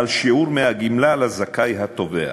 על שיעור מהגמלה שלה זכאי התובע.